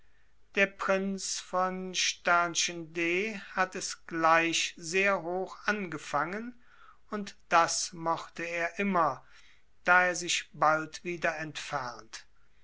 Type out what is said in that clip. der prinz von d hat es gleich sehr hoch angefangen und das mochte er immer da er sich bald wieder entfernt